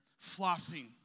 flossing